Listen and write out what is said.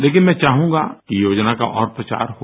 लेकिन मैं चाहूंगा कि इस योजना का और प्रचार हो